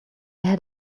had